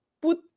put